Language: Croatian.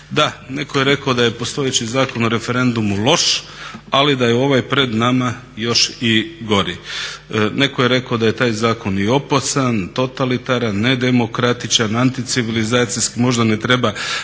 Da, netko je rekao da je postojeći Zakon o referendumu loš ali da je ovaj pred nama još i gori. Netko je rekao da je taj Zakon i opasan i totalitaran, nedemokratičan, anticivilizacijski. Možda ne treba